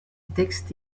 texte